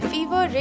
Fever